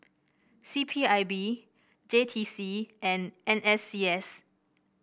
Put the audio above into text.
C P I B J T C and N S C S